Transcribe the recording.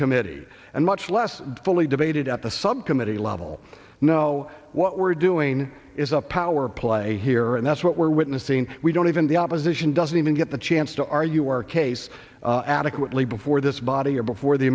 committee and much less fully debated at the subcommittee level know what we're doing is a power play here and that's what we're witnessing we don't even the opposition doesn't even get the chance to argue our case adequately before this body or before the